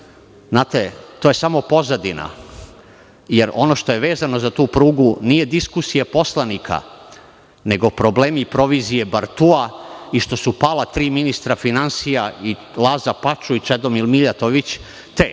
Znate, to je samo pozadina, jer ono što je vezano za tu prugu nije diskusija poslanika, nego problemi i provizije bartua i što su pala tri ministra finansija i Laza Pačuj i Čedomir